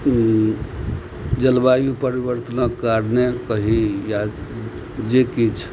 जलवायु परिवर्तनके कही या जे किछु